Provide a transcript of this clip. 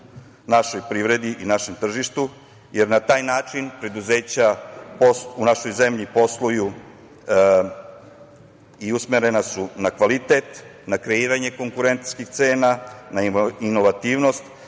našoj privredi i našem tržištu, jer na taj način preduzeća u našoj zemlji posluju i usmerena su na kvalitet, na kreiranje konkurentskih cena, na inovativnost,